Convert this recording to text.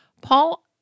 Paul